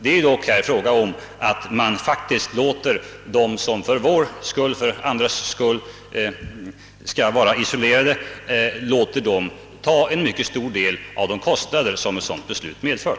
Det är dock fråga om att man låter dem, som för andras skull måste utstå en isolering, bära en mycket stor del av de kostnader som isoleringsbeslutet medför.